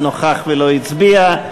אחד נוכח ולא הצביע.